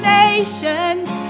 nations